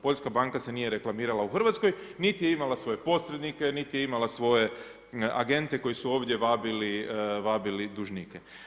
Poljska banka se nije reklamirala u Hrvatskoj niti je imala svoje posrednike, niti je imala svoje agente koji su ovdje vabili dužnike.